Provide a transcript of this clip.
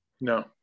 No